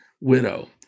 widow